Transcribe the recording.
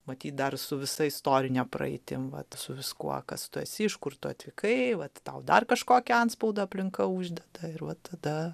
matyt dar su visa istorine praeitim va su viskuo kas tu esi iš kur tu atvykai vat tau dar kažkokį antspaudą aplinka uždeda ir vat tada